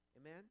Amen